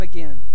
Again